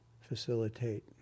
facilitate